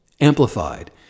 amplified